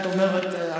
את אומרת,